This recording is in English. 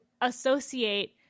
associate